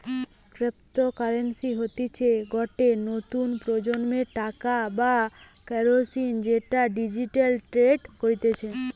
cryptocurrency হতিছে গটে নতুন প্রজন্মের টাকা বা কারেন্সি যেটা ডিজিটালি ট্রেড করতিছে